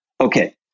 okay